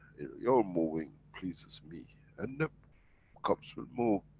you're moving pleases me, and the cups will move,